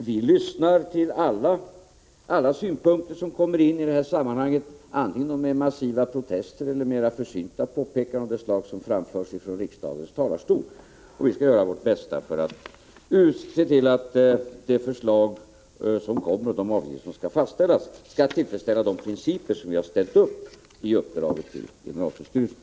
Vi lyssnar till alla synpunkter som kommer in i det här sammanhanget, antingen det är massiva protester eller mera försynta påpekanden av det slag som framförs från riksdagens talarstol, och vi skall göra vårt bästa för att se till att det förslag som kommer och de avgifter som skall fastställas tillfredställer de principer som vi har ställt upp i uppdraget till generaltullstyrelsen.